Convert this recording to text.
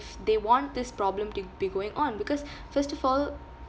they want this problem to be going on because first of all